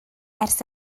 ers